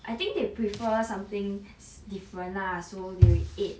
I think they prefer something different lah so they ate